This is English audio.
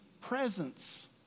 presence